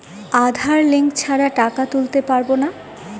আধার link ছাড়া টাকা তুলতে পারব না?